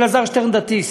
אלעזר שטרן דתי,